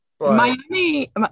Miami